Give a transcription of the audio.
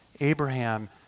Abraham